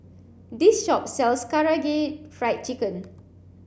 this shop sells Karaage Fried Chicken